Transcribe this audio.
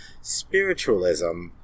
spiritualism